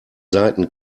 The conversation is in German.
seiten